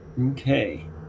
Okay